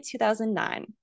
2009